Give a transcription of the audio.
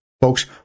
Folks